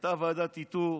הייתה ועדת איתור